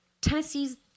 Tennessee's